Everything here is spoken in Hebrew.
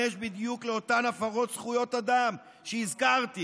בדיוק לאותן הפרות זכויות אדם שהזכרתי: